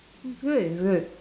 is good is good